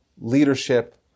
leadership